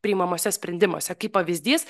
priimamuose sprendimuose kaip pavyzdys